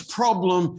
problem